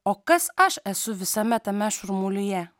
o kas aš esu visame tame šurmulyje